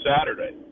Saturday